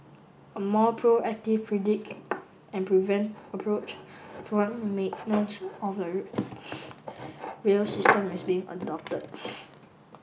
a more proactive predict and prevent approach maintenance of the rail rail system is being adopted